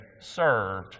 served